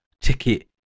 Ticket